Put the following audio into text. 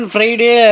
Friday